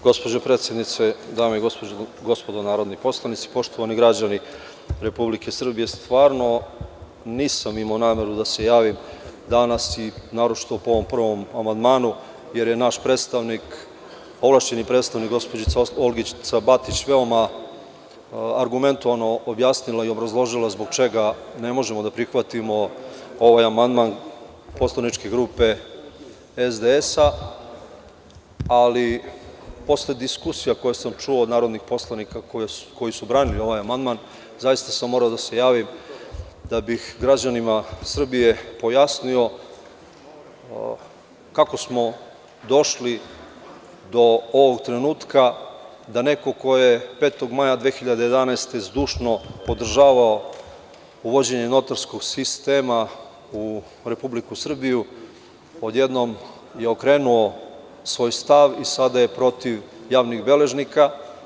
Gospođo predsednice, dame i gospodo narodni poslanici, poštovani građani Republike Srbije, stvarno nisam imao nameru da se javim danas i naročito po ovom prvom amandmanu, jer je naš ovlašćeni predstavnik gospođica Olgica Batić veoma argumentovano objasnila i obrazložila zbog čega ne možemo da prihvatimo ovaj amandman poslaničke grupe SDS, ali posle diskusije koje sam čuo od narodnih poslanika, koji su branili ovaj amandman, zaista sam morao da se javim da bih građanima Srbije pojasnio kako smo došli do ovog trenutka, da neko ko je 5. maja 2011. godine zdušno podržavao uvođenje notarskog sistema u Republiku Srbiju, odjednom je okrenuo svoj stav i sada je protiv javnih beležnika.